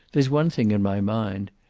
there's one thing in my mind.